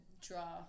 draw